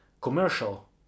commercial